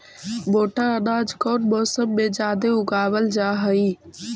मोटा अनाज कौन मौसम में जादे उगावल जा हई?